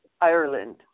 Ireland